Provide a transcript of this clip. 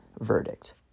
verdict